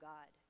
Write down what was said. God